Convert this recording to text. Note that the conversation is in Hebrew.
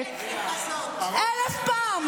50%. --- חברת הכנסת ביטון, קריאה ראשונה.